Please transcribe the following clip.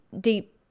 deep